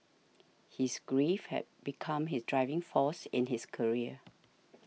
his grief had become his driving force in his career